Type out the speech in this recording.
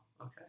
okay